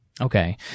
Okay